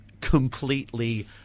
completely